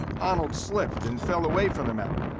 honnold slipped and fell away from the mountain,